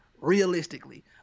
realistically